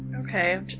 Okay